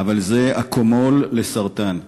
אבל זה אקמול לסרטן.